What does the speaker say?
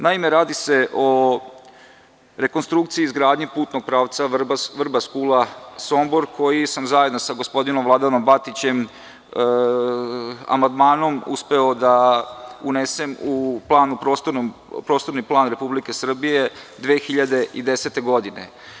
Naime, radi se o rekonstrukciji i izgradnji putnog pravca Vrbas-Kula-Sombor, koji sam zajedno sa gospodinom Vladanom Batićem amandmanom uspeo da unesem u prostorni plan Republike Srbije 2010. godine.